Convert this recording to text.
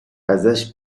ازش